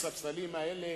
עולם.